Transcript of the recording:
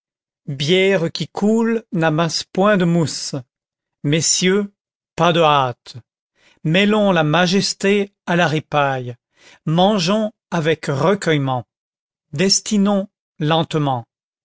bière qui coule n'amasse point de mousse messieurs pas de hâte mêlons la majesté à la ripaille mangeons avec recueillement festinons lentement